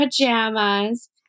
pajamas